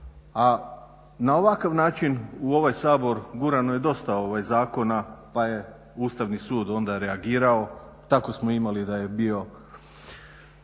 a na ovakav način u ovaj Sabor gurano je dosta zakona pa je Ustavni sud onda reagirao. Tako smo imali da je bio